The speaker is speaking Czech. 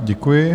Děkuji.